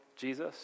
Jesus